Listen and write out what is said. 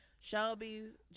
Shelby's